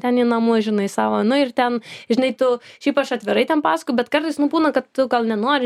ten į namus žinai savo nu ir ten žinai tu šiaip aš atvirai ten pasakoju bet kartais nu būna kad tu gal nenori